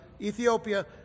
Ethiopia